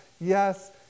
yes